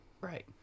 Right